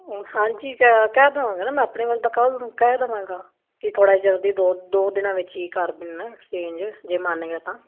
ਹਾਂਜੀ ਕਹਿ ਦੇਵਾਂਗਾ ਨਾ ਮੈਂ ਆਪਣੇ ਵਲੋਂ ਤਾਂ ਕੱਲ੍ਹ ਨੂੰ ਕਹਿ ਦੇਵਾਂਗਾ ਕਿ ਥੋੜ੍ਹਾ ਜਲਦੀ ਦਿਓ ਦੋ ਦਿਨਾਂ ਵਿੱਚ ਹੀ ਕਰ ਦੇਣ ਐਕਸਚੇਂਜ ਜੇ ਮੰਨ ਗਿਆ ਤਾਂ